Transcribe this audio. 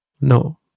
No